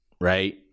right